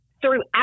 throughout